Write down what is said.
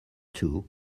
too